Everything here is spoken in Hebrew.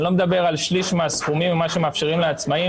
אני לא מדבר על שליש מהסכומים או מה שמאפשרים לעצמאים,